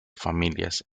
familias